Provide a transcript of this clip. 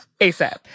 ASAP